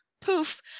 poof